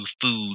food